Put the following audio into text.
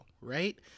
right